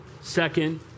second